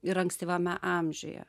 ir ankstyvame amžiuje